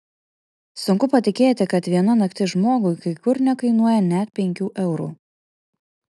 sunku patikėti kad viena naktis žmogui kai kur nekainuoja net penkių eurų